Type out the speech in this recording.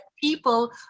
people